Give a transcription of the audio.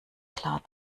klar